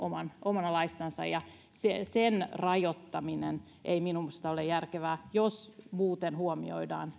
omanlaistansa ja sen rajoittaminen ei minusta ole järkevää jos muuten huomioidaan